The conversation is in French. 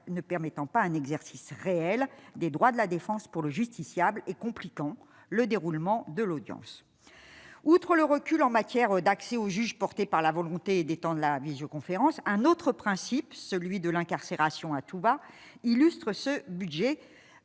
ne permettant pas un exercice réel des droits de la défense pour le justiciable et compliquant le déroulement de l'audience, outre le recul en matière d'accès aux juges, porté par la volonté des temps de la visioconférence, un autre principe, celui de l'incarcération à Touba illustrent ce budget